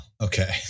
Okay